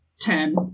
Ten